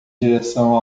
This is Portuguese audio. direção